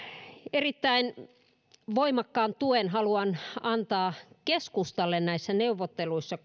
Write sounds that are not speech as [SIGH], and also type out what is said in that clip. erittäin voimakkaan tuen haluan antaa keskustalle näissä neuvotteluissa [UNINTELLIGIBLE]